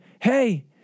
hey